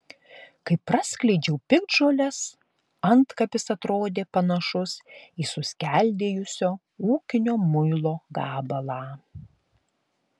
kai praskleidžiau piktžoles antkapis atrodė panašus į suskeldėjusio ūkinio muilo gabalą